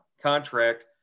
contract